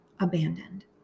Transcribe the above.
abandoned